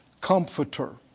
comforter